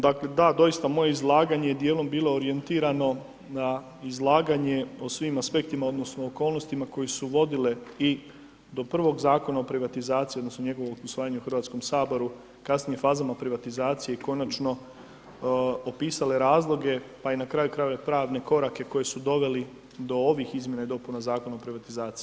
Dakle, da, doista je moje izlaganje dijelom bilo orijentirano, na izlaganje o svim aspektima, odnosno, okolnostima, koje su vodile i do prvog Zakona o privatizaciji, odnosno, njegovog usvajanja u Hrvatskom saboru, kasnije fazama privatizacije i konačno opisale razloge, pa i na kraju krajeva pravne koraka, koji su doveli do ovih izmjena i dopuna Zakona o privatizaciji.